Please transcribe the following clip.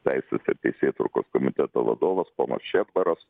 teisės ir teisėtvarkos komiteto vadovas ponas šedbaras